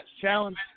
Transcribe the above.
Challenge